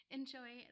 enjoy